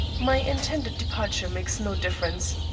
my intended departure makes no difference.